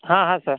हा हा सर